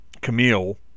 Camille